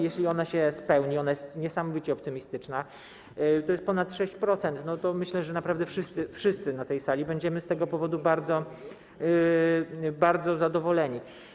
Jeśli ona się spełni - ona jest niesamowicie optymistyczna, to jest ponad 6% - to myślę, że naprawdę wszyscy na tej sali będziemy z tego powodu bardzo zadowoleni.